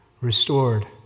restored